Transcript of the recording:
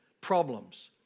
problems